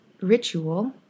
Ritual